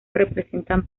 representan